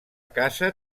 casa